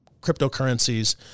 cryptocurrencies